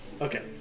Okay